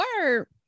work